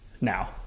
Now